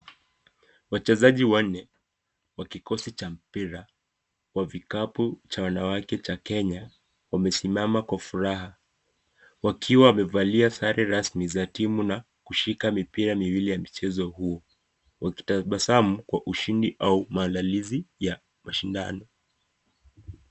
Wachezaji wanne wa kikosi cha mpira wa vikapu cha wanawake cha Kenya wamesimama kwa furaha wakiwa wamevalia sare rasmi za timu na kushika mipira miwili ya michezo huo wakitabasamu kwa ushidi maandalizi ya mashidano.